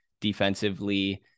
defensively